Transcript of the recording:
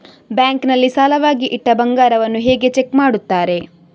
Bank ನಲ್ಲಿ ಸಾಲವಾಗಿ ಇಟ್ಟ ಬಂಗಾರವನ್ನು ಹೇಗೆ ಚೆಕ್ ಮಾಡುತ್ತಾರೆ?